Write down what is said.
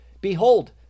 Behold